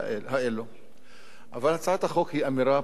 אבל הצעת החוק היא אמירה פוליטית והיא אמירה מסוכנת.